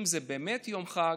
אם זה באמת יום חג,